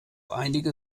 einige